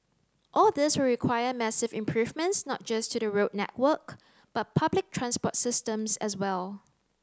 all this will require massive improvements not just to the road network but public transport systems as well